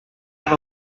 out